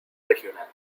regional